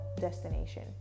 destination